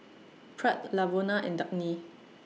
Pratt Lavona and Dagny